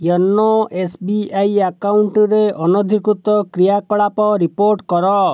YONO S B I ଆକାଉଣ୍ଟରେ ଅନାଧିକୃତ କ୍ରିୟାକଳାପ ରିପୋର୍ଟ କର